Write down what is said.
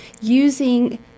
using